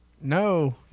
No